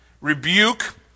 Rebuke